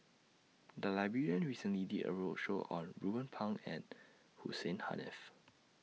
The Library recently did A roadshow on Ruben Pang and Hussein Haniff